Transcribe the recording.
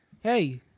Hey